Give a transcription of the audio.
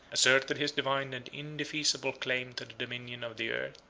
asserted his divine and indefeasible claim to the dominion of the earth.